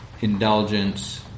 indulgence